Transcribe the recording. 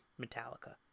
Metallica